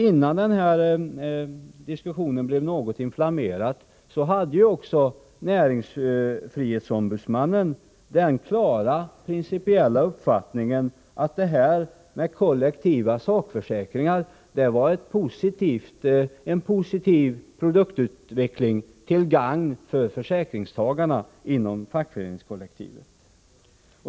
Innan denna diskussion blev något inflammerad hade näringsfrihetsombudsmannen den klara, principiella uppfattningen att kollektiva sakförsäkringar innebär en positiv produktutveckling till gagn för försäkringstagarna inom fackföreningskollektivet.